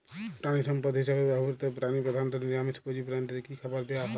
প্রাণিসম্পদ হিসেবে ব্যবহৃত প্রাণী প্রধানত নিরামিষ ভোজী প্রাণীদের কী খাবার দেয়া হয়?